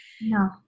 No